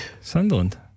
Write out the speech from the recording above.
Sunderland